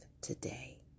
today